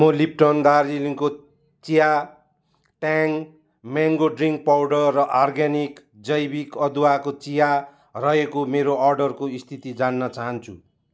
म लिप्टन दार्जिलिङको चिया ट्याङ म्याङ्गो ड्रिङ्क पाउडर र अर्ग्यानिक जैविक अदुवाको चिया रहेको मेरो अर्डरको स्थिति जान्न चाहन्छु